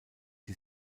die